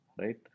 right